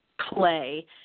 play